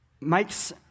makes